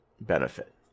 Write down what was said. benefit